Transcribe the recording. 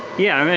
yeah. i mean,